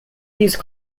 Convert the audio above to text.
these